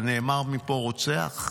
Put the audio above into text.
ונאמר מפה רוצח.